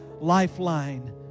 Lifeline